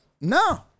no